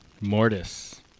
Mortis